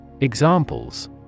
Examples